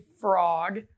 frog